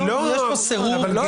היא לא מגולמת.